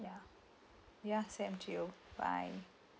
ya ya same to you bye